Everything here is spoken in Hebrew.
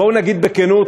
בואו נגיד בכנות,